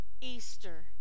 Easter